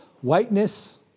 whiteness